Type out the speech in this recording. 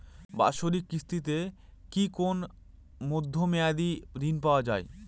বাৎসরিক কিস্তিতে কি কোন মধ্যমেয়াদি ঋণ পাওয়া যায়?